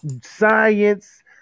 science